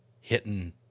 hitting